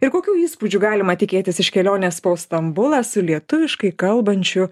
ir kokių įspūdžių galima tikėtis iš kelionės po stambulą su lietuviškai kalbančiu